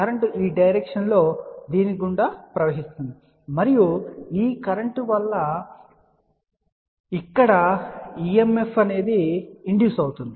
current ఈ direction లో దీని గుండా ప్రవహిస్తుంది మరియు దీని ద్వారా ఇక్కడ ప్రేరిత EMF ఉంటుంది